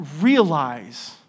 realize